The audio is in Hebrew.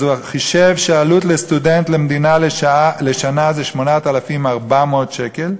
אז הוא חישב שהעלות של סטודנט למדינה לשנה היא 8,400 שקל,